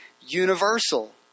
universal